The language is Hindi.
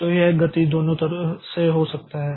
तो यह गति दोनों तरह से हो सकता है